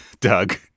Doug